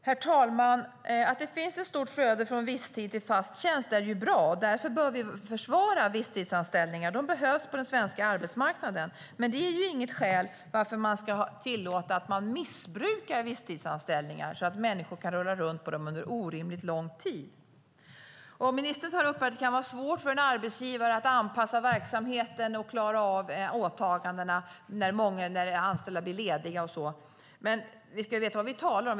Herr talman! Att det sker ett stort flöde från visstidsanställningar till fast tjänst är bra. Därför bör vi försvara visstidsanställningarna. De behövs på den svenska arbetsmarknaden. Men det är inget skäl att tillåta missbruk av visstidsanställningar, där människor kan rulla runt på dem under orimligt lång tid. Ministern tar upp att det kan vara svårt för en arbetsgivare att anpassa verksamheten och klara av åtagandena när många anställda blir lediga. Men vi ska veta vad vi talar om.